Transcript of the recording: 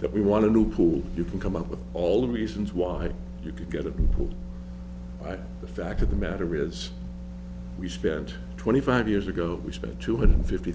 that we want to do cool you can come up with all the reasons why you could get a hold of the fact of the matter is we spent twenty five years ago we spent two hundred fifty